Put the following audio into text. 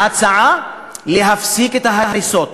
ההצעה: להפסיק את ההריסות.